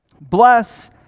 Bless